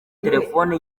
telefoni